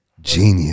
Genius